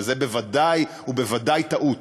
שזה בוודאי ובוודאי טעות.